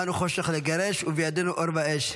באנו חושך לגרש, ובידנו אור ואש.